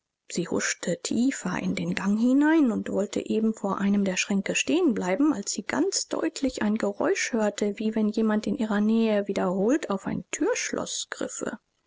sie huschte tiefer in den gang hinein und wollte eben vor einem der schränke stehen bleiben als sie ganz deutlich ein geräusch hörte wie wenn jemand in ihrer nähe wiederholt auf ein thürschloß griffe